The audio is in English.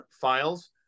files